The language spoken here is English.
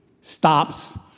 stops